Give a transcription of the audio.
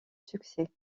succès